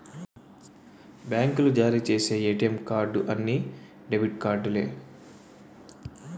బ్యాంకులు జారీ చేసి ఏటీఎం కార్డు అన్ని డెబిట్ కార్డులే